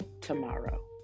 tomorrow